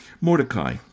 Mordecai